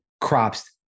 crops